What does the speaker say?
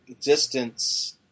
distance